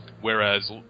whereas